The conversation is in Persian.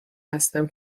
هستم